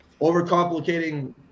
overcomplicating